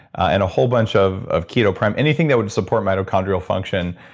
and a whole bunch of of ketoprime anything that would support mitochondrial function,